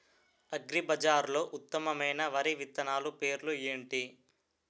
అగ్రిబజార్లో ఉత్తమమైన వరి విత్తనాలు పేర్లు ఏంటి?